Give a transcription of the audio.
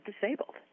disabled